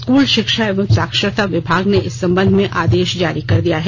स्कूली शिक्षा एवं साक्षरता विभाग ने इस संबंध में आदेश जारी कर दिया है